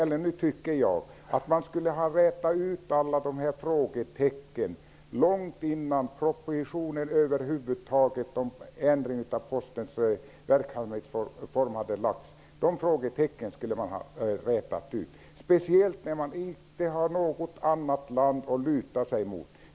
Jag tycker att man skulle ha rätat ut alla frågetecken långt innan propositionen om ändring av Postens verksamhetsform lades fram. De frågetecknen skulle man ha rätat ut, speciellt eftersom man inte har erfarenheter från något annat land att luta sig emot.